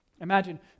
Imagine